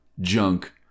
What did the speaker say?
junk